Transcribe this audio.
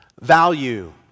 value